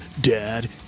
dad